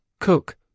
Cook